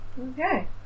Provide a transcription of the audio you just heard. Okay